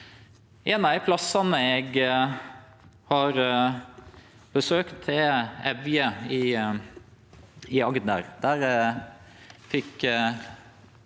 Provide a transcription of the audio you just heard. Ein av dei plassane eg har besøkt, er Evje i Agder.